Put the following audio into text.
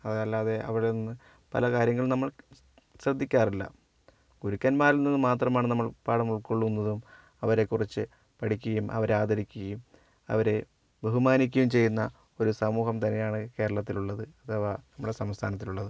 അതല്ലാതെ അവരിൽനിന്ന് പല കാര്യങ്ങളും നമ്മൾ ശ്രദ്ധിക്കാറില്ല ഗുരുക്കന്മാരിൽ നിന്നും മാത്രമാണ് നമ്മൾ പാഠം ഉൾക്കൊള്ളുന്നതും അവരെക്കുറിച്ച് പഠിക്കുകയും അവരെ ആദരിക്കുകയും അവരെ ബഹുമാനിക്കുകയും ചെയ്യുന്ന ഒരു സമൂഹം തന്നെയാണ് കേരളത്തിൽ ഉള്ളത് അഥവാ നമ്മുടെ സംസ്ഥാനത്തിലുള്ളത്